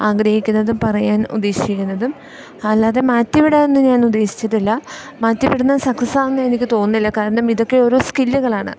ആഗ്രഹിക്കുന്നതും പറയാൻ ഉദ്ദേശിക്കുന്നതും അല്ലാതെ മാറ്റി വിടാനൊന്നും ഞാനുദ്ദേശിച്ചിട്ടില്ല മാറ്റി വിടുന്നത് സക്സസ്സ് ആവുമെന്ന് എനിക്ക് തോന്നുന്നില്ല കാരണം ഇതൊക്കെ ഓരോ സ്കില്ലുകളാണ്